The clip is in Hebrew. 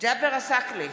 ג'אבר עסאקלה,